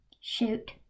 Shoot